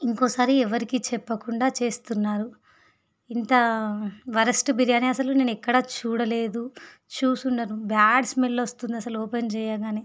ఇంకొకసారి ఎవరికీ చెప్పకుండా చేస్తున్నారు ఇంత వరెస్ట్ బిర్యానీ అస్సలు నేను ఎక్కడ చూడలేదు చూసుండను బ్యాడ్ స్మెల్ వస్తుంది అస్సలు ఓపెన్ చేయగానే